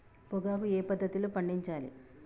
పొగాకు ఏ పద్ధతిలో పండించాలి?